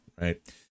right